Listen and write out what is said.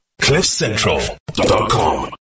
cliffcentral.com